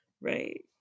Right